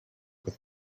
with